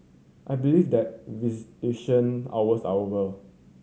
I believe that visitation hours are over